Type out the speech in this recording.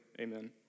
amen